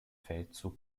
feldzug